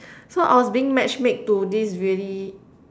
so I was being match-made to this really